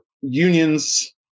unions